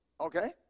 Okay